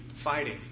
fighting